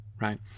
Right